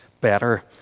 better